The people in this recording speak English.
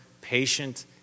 patient